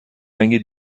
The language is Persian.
رنگ